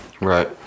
Right